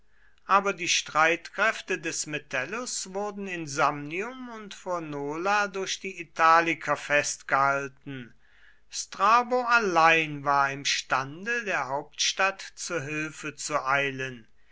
aber die streitkräfte des metellus wurden in samnium und vor nola durch die italiker festgehalten strabo allein war imstande der hauptstadt zu hilfe zu eilen